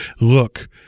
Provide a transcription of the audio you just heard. look